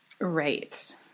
Right